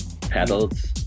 pedals